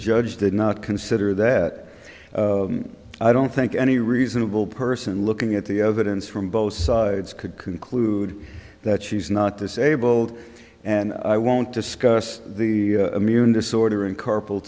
judge did not consider that i don't think any reasonable person looking at the evidence from both sides could conclude that she's not disabled and i won't discuss the immune disorder and carpal